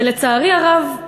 ולצערי הרב,